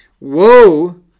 woe